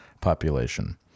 population